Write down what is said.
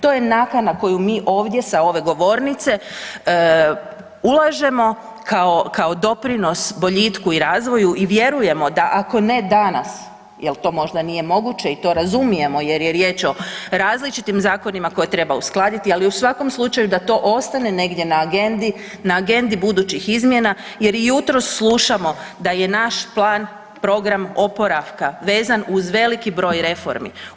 To je naknada koju mi ovdje sa ove govornice ulažemo kao doprinos boljitku i razvoju i vjerujemo da ako ne danas, jel to možda nije moguće i to razumijemo jer je riječ o različitim zakonima koje treba uskladiti, ali u svakom slučaju da to ostane negdje na agendi, na agendi budućih izmjena jer i jutros slušamo da je naš plan, program oporavka vezan uz veliki broj reformi.